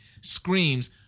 screams